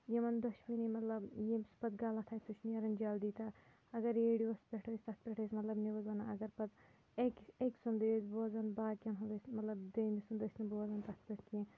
یِمَن دۄشؤنی مطلب ییٚمِس پَتہ غلط آسہِ سُہ چھُ نیران جلدی تہٕ اَگر ریڈیوَس پٮ۪ٹھ ٲسۍ تَتھ پٮٹھ ٲسۍ مطلب نِوٕز وَنان اگر پَتہٕ أکہِ أکۍ سُنٛدٕے ٲسۍ بوزان باقِیَن ہُنٛد ٲسۍ مطلب دٔیمہِ سُنٛد ٲسۍ نہٕ بوزان تَتھ پٮ۪ٹھ کینٛہہ